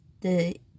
The